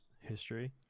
history